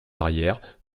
arrières